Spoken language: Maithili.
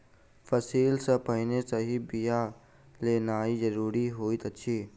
फसिल सॅ पहिने सही बिया लेनाइ ज़रूरी होइत अछि